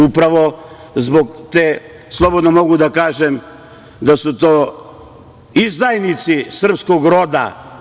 Upravo zbog te, slobodno mogu da kažem da su to izdajnici srpskog roda.